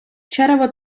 черево